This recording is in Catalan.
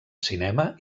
cinema